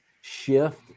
shift